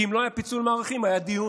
כי אם לא היה פיצול מֵעֲרָכים היה דיון,